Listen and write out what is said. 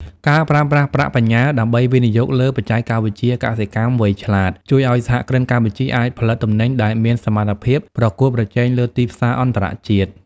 ការប្រើប្រាស់ប្រាក់បញ្ញើដើម្បីវិនិយោគលើ "បច្ចេកវិទ្យាកសិកម្មវៃឆ្លាត" ជួយឱ្យសហគ្រិនកម្ពុជាអាចផលិតទំនិញដែលមានសមត្ថភាពប្រកួតប្រជែងលើទីផ្សារអន្តរជាតិ។